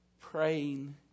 Praying